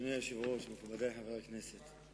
אדוני היושב-ראש, מכובדי חברי הכנסת,